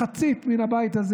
מחצית מן הבית הזה.